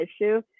issue